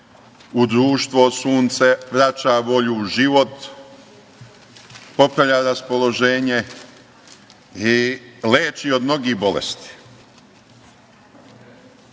u društvo, sunce vraća volju u život, popravlja raspoloženje i leči od mnogih bolesti. Od